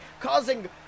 causing